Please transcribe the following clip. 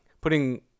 putting